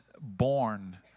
born